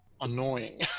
annoying